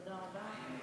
תודה רבה.